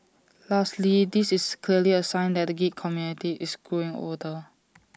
lastly this is clearly A sign that the geek community is growing older